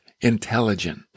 intelligent